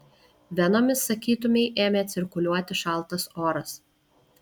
venomis sakytumei ėmė cirkuliuoti šaltas oras